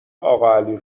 اقاعلی